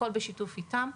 הכל בשיתוף איתם,